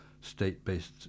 state-based